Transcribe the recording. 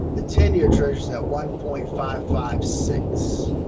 the ten year treasuries at one point five five six.